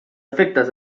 efectes